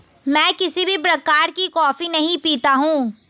मैं किसी भी प्रकार की कॉफी नहीं पीता हूँ